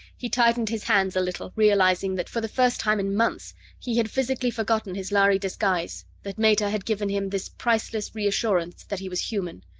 he tightened his hands a little, realizing that for the first time in months he had physically forgotten his lhari disguise, that meta had given him this priceless reassurance that he was human.